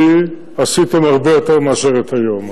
לי עשיתם הרבה יותר מאשר את היום,